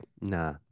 nah